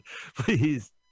please